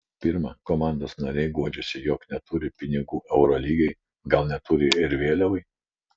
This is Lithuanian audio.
pirma komandos nariai guodžiasi jog neturi pinigų eurolygai gal neturi ir vėliavai